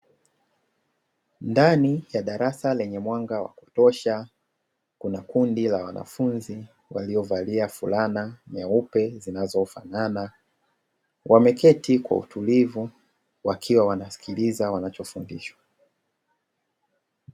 Ndani ya darasa lenye mwanga wa kutosha, kuna kundi la wanafunzi waliovalia fulana nyeupe zinazo fanana, wameketi kwa utulivu wakiwa wanasikiliza wanachofundishwa.